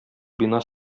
бина